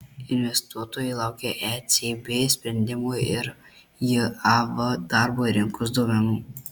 investuotojai laukia ecb sprendimo ir jav darbo rinkos duomenų